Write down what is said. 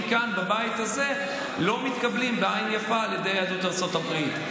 כאן בבית הזה לא מתקבלים בעין יפה על ידי יהדות ארצות הברית.